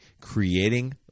creating